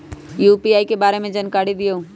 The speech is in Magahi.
यू.पी.आई के बारे में जानकारी दियौ?